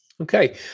Okay